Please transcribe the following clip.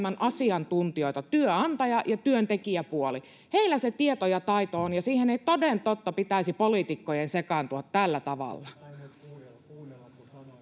asiantuntijoita, työnantaja- ja työntekijäpuoli. Heillä se tieto ja taito on, ja siihen ei, toden totta, pitäisi poliitikkojen sekaantua tällä tavalla.